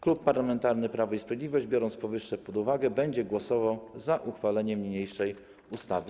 Klub Parlamentarny Prawo i Sprawiedliwość, biorąc powyższe pod uwagę, będzie głosował za uchwaleniem niniejszej ustawy.